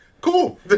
Cool